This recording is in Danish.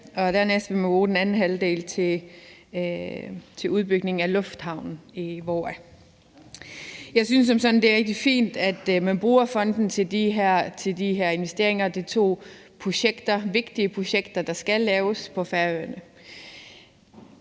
dernæst vil man bruge den anden halvdel til udbygningen af lufthavnen i Vágar. Jeg synes som sådan, det er rigtig fint, at man bruger fonden til de her investeringer, og det er to vigtige projekter, der skal laves på Færøerne.